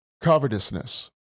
Covetousness